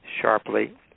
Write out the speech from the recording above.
sharply